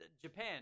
Japan